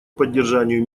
поддержанию